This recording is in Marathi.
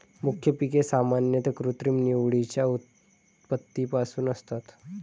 मुख्य पिके सामान्यतः कृत्रिम निवडीच्या उत्पत्तीपासून असतात